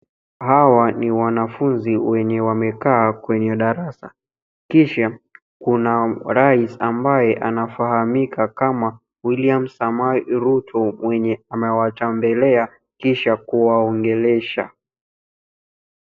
Hawa ni wanafunzi wenye wamekaa kwenye darasa. Kisha, kuna Rais ambaye anafahamika kama William Samoei Ruto mwenye amewatembelea kisha kuwaongelesha.